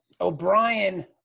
o'brien